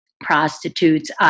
prostitutes